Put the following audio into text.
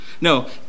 No